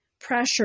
pressure